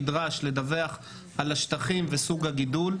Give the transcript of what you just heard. בה כל חקלאי נדרש לדווח על השטחים וסוג הגידול.